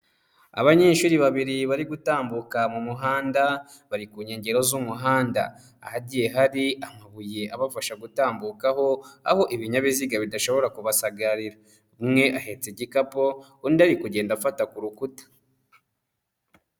Abanyeshuri babiri bari gutambuka mu muhanda bari ku nkengero z'umuhanda, ahagiye hari amabuye abafasha gutambukaho aho ibinyabiziga bidashobora kubasagarira, umwe ahetse igikapu undi ari kugenda afata ku rukuta.